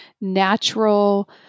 natural